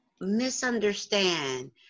misunderstand